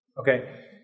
okay